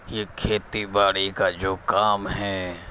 یہ کھیتی باڑی کا جو کام ہے